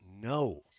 no